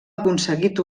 aconseguit